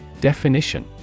Definition